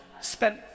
spent